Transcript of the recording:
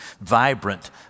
vibrant